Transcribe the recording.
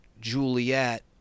Juliet